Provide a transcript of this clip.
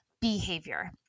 behavior